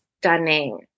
stunning